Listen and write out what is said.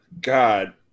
God